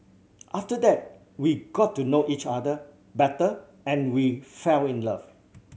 after that we got to know each other better and we fell in love